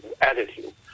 attitude